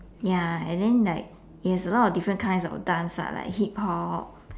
ya and then like it has a lot of different kinds of dance lah like hip-hop